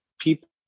people